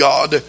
God